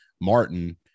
Martin